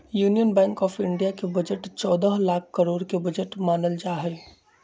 union Bank of India के बजट चौदह लाख करोड के बजट मानल जाहई